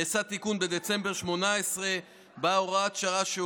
נעשה תיקון בדצמבר 2018 בהוראת שעה,